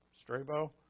Strabo